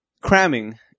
cramming